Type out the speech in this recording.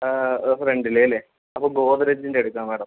അത് ഫ്രണ്ടിലെ അല്ലേ അപ്പം ഗോദ്റെജിൻ്റെ എടുക്കാം മാഡം